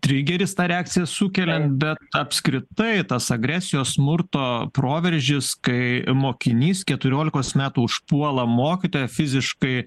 trigeris tą reakciją sukeliant bet apskritai tas agresijos smurto proveržis kai mokinys keturiolikos metų užpuola mokytoją fiziškai